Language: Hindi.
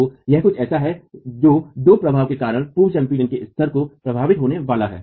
तो यह कुछ ऐसा है जो दो प्रभावों के कारण पूर्व संपीडन के स्तर से प्रभावित होने वाला है